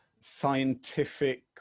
scientific